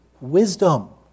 Wisdom